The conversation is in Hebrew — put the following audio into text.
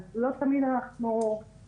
אז לא תמיד אנחנו מכסים.